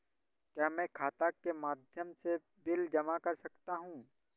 क्या मैं खाता के माध्यम से बिल जमा कर सकता हूँ?